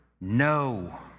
no